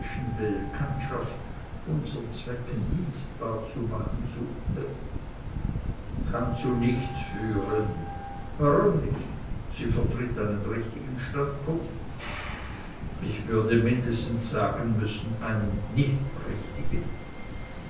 bekanntschaft unsern zwecken dienstbar zu machen suchte kann zu nichts führen warum nicht sie vertritt einen richtigen standpunkt ich würde mindestens sagen müssen einen nicht richtigen